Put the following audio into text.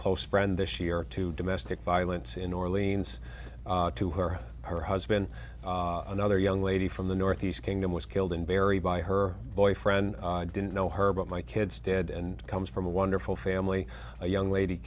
close friend this year to domestic violence in new orleans to her or her husband another young lady from the northeast kingdom was killed in bury by her boyfriend didn't know her but my kids did and comes from a wonderful family a young lady